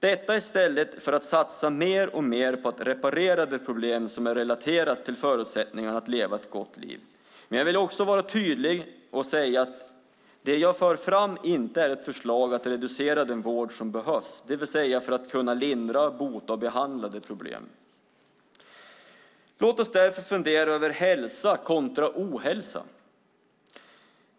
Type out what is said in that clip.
Detta i stället för att satsa mer och mer på att reparera de problem som är relaterade till förutsättningarna att leva ett gott liv. Jag vill vara tydlig och säga att det jag för fram inte är ett förslag att reducera den vård som behövs, det vill säga att lindra, bota och behandla. Låt oss därför fundera över hälsa kontra ohälsa.